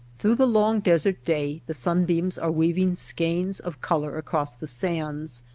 through the long desert day the sunbeams are weaving skeins of color across the sands,